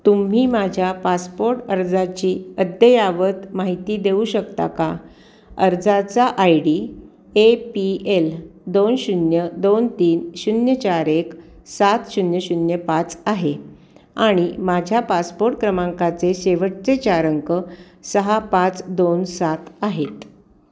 तुम्ही माझ्या पासपोर्ट अर्जाची अद्ययावत माहिती देऊ शकता का अर्जाचा I D A P L दोन शून्य दोन तीन शून्य चार एक सात शून्य शून्य पाच आहे आणि माझ्या पासपोर्ट क्रमांकाचे शेवटचे चार अंक सहा पाच दोन सात आहेत